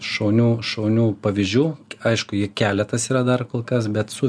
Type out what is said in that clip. šaunių šaunių pavyzdžių aišku ji keletas yra dar kol kas bet su